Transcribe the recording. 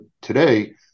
today